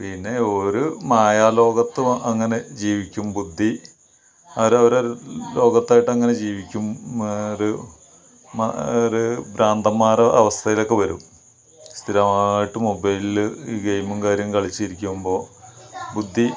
പിന്നെ ഒരു മായാലോകത്ത് അങ്ങനെ ജീവിക്കും ബുദ്ധി അവരവരെ ലോകത്തായിട്ടങ്ങനെ ജീവിക്കും ഒരു ഭ്രാന്തന്മാരുടെ അവസ്ഥയിലൊക്കെ വരും സ്ഥിരമായിട്ട് മൊബൈലില് ഗെയിമും കാര്യവും കളിച്ചിരിക്കുമ്പോള് ബുദ്ധി